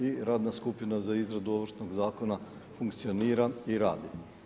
I radna skupina za izradu Ovršnog zakona funkcionira i radi.